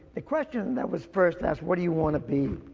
the question that was first asked what do you wanna be,